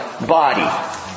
body